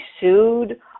sued